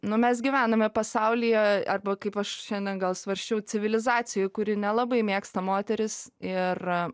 nu mes gyvename pasaulyje arba kaip aš šiandien gal svarsčiau civilizacijoj kuri nelabai mėgsta moteris ir